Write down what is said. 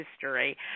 history